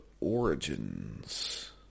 Origins